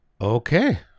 Okay